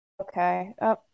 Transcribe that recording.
Okay